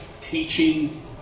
teaching